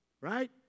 Right